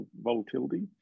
volatility